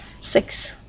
Six